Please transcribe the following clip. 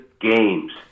games